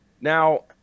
Now